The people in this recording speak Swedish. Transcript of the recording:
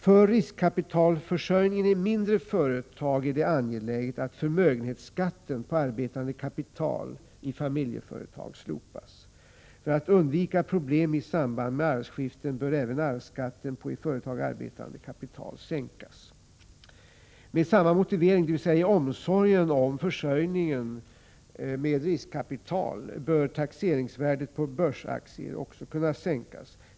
För riskkapitalförsörjningen i mindre företag är det angeläget att förmögenhetsskatten på arbetande kapital i familjeföretag slopas. För att undvika problem i samband med arvsskiften bör även arvsskatten på i företag arbetande kapital sänkas. Med samma motivering, dvs. omsorgen om försörjningen med riskkapital, bör taxeringsvärdet på börsaktier också kunna sänkas.